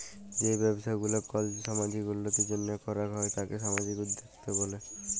যেই ব্যবসা গুলা কল সামাজিক উল্যতির জন্হে করাক হ্যয় তাকে সামাজিক উদ্যক্তা ব্যলে